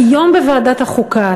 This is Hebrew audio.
היום בוועדת החוקה,